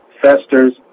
festers